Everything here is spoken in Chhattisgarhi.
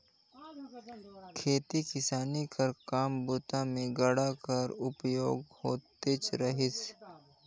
खेती किसानी कर काम बूता मे गाड़ा कर उपयोग होतेच रहिस